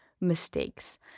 mistakes